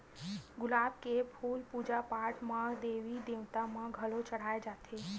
गुलाब के फूल पूजा पाठ म देवी देवता म घलो चघाए जाथे